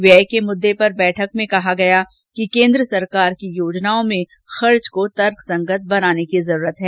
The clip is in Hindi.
व्यय के मुद्दे पर बैठक में कहा गया कि केन्द्र सरकार की योजनाओं में खर्च को तर्कसंगत बनाने की जरूरत है